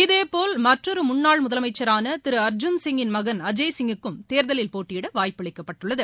இதேபோல் மற்றொரு முன்னாள் முதலமைச்சருமாள திரு அர்ஜன் சிங்கின் மகன் அஜய் சிங் க்கும் தேர்தலில் போட்டியிட வாய்ப்பு அளிக்கப்பட்டுள்ளது